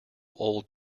old